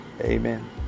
Amen